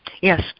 Yes